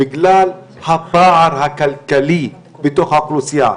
בגלל הפער הכלכלי בתוך האוכלוסייה,